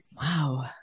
Wow